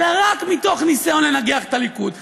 אלא רק מתוך ניסיון לנגח את הליכוד פוליטית,